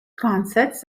concerts